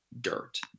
dirt